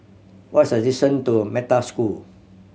what is the distant to Metta School